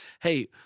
Hey